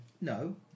No